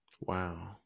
Wow